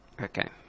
Okay